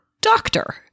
doctor